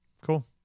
Cool